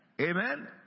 Amen